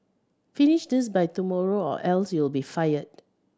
finish this by tomorrow or else you'll be fired